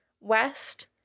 west